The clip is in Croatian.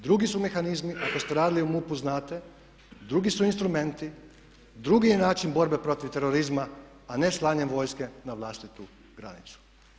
Drugi su mehanizmi, ako ste radili u MUP-u znate, drugi su instrumenti, drugi je način borbe protiv terorizma a ne slanjem vojske na vlastitu granicu.